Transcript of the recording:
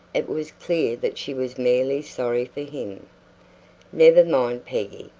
it was clear that she was merely sorry for him. never mind, peggy,